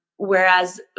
Whereas